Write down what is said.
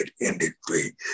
industry